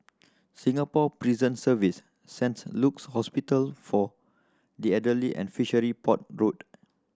Singapore Prison Service Saint Luke's Hospital for the Elderly and Fishery Port Road